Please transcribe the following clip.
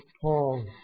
Paul